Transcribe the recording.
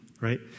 right